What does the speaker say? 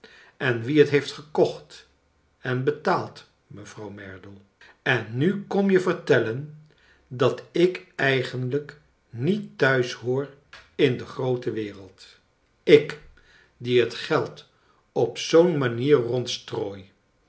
en wie liet heeft gekocht en betaald mevrouw merdle en nu kom je vertellen dat ik eigenlijk niet thuis hoor in de groote wereld ik die het geld op zoo'n manier